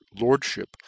Lordship